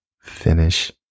finish